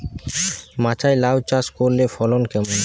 মাচায় লাউ চাষ করলে ফলন কেমন?